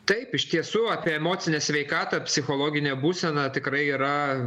taip iš tiesų apie emocinę sveikatą psichologinę būseną tikrai yra